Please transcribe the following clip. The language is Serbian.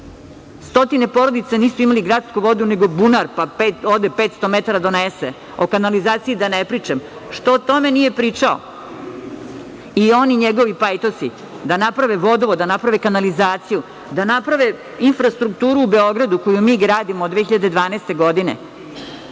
stotine porodica nije imalo gradsku vodu nego bunar, pa ode 500 metara da donese? O kanalizaciji da ne pričam. Što o tome nije pričao i on i njegovi pajtosi, da naprave vodovod, da naprave kanalizaciju, da naprave infrastrukturu u Beogradu, koju mi gradimo od 2012. godine,